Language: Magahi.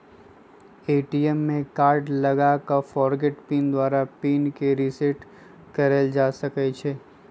ए.टी.एम में कार्ड लगा कऽ फ़ॉरगोट पिन द्वारा पिन के रिसेट कएल जा सकै छै